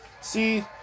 See